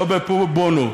לא בפרו-בונו,